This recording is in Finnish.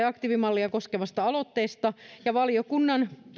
aktiivimallia koskevasta aloitteesta ja valiokunnan